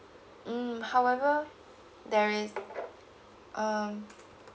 mm however there is um